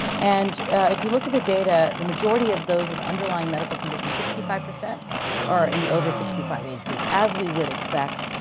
and if you look at the data, the majority of those with underlying medical condition, sixty five percent are in the over sixty five age group. as we would expect,